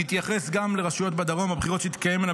נתייחס גם לרשויות בדרום בבחירות שתתקיימנה